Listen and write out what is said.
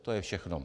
To je všechno.